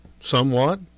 somewhat